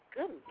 Good